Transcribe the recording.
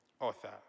Author